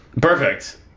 perfect